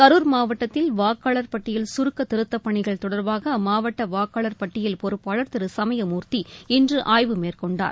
கரூர் மாவட்டத்தில் வாக்னாளர் பட்டியல் கருக்கத் திருத்தப் பணிகள் தொடர்பாக அம்மாவட்ட வாக்காளர் பட்டியல் பொறுப்பாளர் திரு சமயமூர்த்தி இன்று ஆய்வு மேற்கொண்டார்